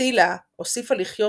צילה הוסיפה לחיות